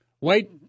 Wait